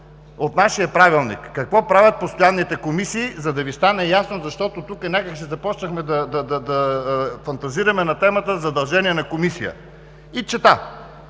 от нашия Правилник – какво правят постоянните комисии, за да Ви стане ясно, защото тук някак си започнахме да фантазираме на тема „Задължения на Комисия“? И чета